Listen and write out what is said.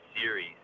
series